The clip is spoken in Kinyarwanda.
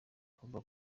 bakavuga